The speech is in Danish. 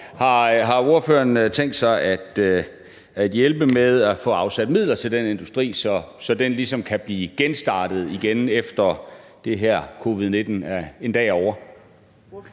Har ordføreren tænkt sig at hjælpe med at få afsat midler til den industri, så den kan blive genstartet, efter det her covid-19 en dag er ovre?